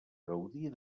gaudir